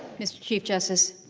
is chief justice